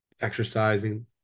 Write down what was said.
exercising